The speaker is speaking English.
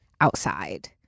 outside